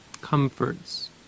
comforts